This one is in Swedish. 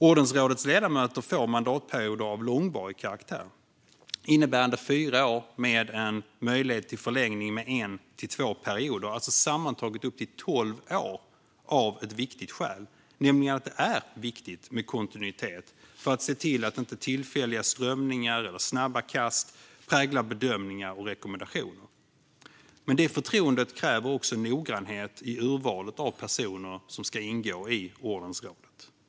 Ordensrådets ledamöter får mandatperioder av långvarig karaktär innebärande fyra år med en möjlighet till förlängning med en till två perioder, alltså sammantaget upp till tolv år av ett viktigt skäl, nämligen att det är viktigt med kontinuitet för att se till att inte tillfälliga strömningar eller snabba kast präglar bedömningar och rekommendationer. Men förtroendet kräver också noggrannhet i urvalet av personer som ska ingå i ordensrådet.